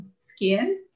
skin